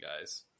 guys